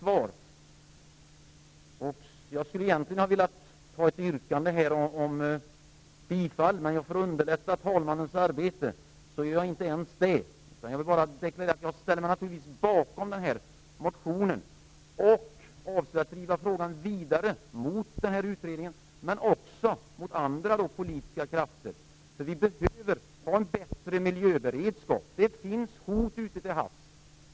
Jag skulle egentligen vilja ställa ett yrkande om bifall, men för att underlätta talmannens arbete gör jag inte ens det. Jag vill därför bara deklarera att jag naturligtvis ställer mig bakom motionen och att jag avser driva frågan vidare mot utredningen men också mot andra politiska krafter. Vi behöver nämligen ha en bättre miljöberedskap. Det finns hot ute till havs.